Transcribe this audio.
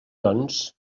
doncs